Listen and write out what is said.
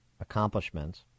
accomplishments